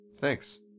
Thanks